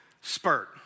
spurt